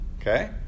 okay